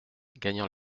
gagnant